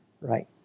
Right